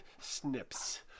snips